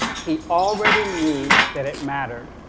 he already knew that it mattered.